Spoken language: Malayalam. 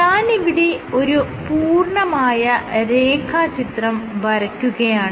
ഞാനിവിടെ ഒരു പൂർണമായ രേഖാചിത്രം വരക്കുകയാണ്